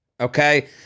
Okay